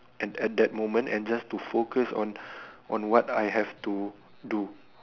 and at that moment and just to focus on on what I have to do